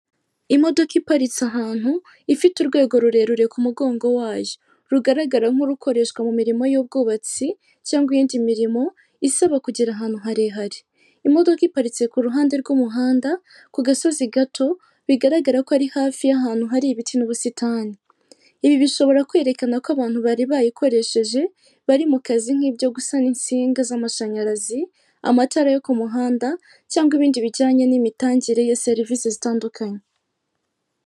Imodoka iparitse ahantu ifite urwego rurerure ku mugongo wayo, rugaragara nk'urukoreshwa mu mirimo y'ubwubatsi cyangwa iyindi mirimo isaba kugera ahantu harehare, imodoka iparitse ku ruhande rw'umuhanda ku gasozi gato bigaragara ko ari hafi y'ahantu hari ibiti n'ubusitani. ibi bishobora kwerekana ko abantu bari bayikoresheje bari mu kazi nk'ibyo gusana insinga z'amashanyarazi, amatara yo ku muhanda cyangwa ibindi bijyanye n'imitangire ya serivisi zitandukanye.